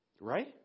Right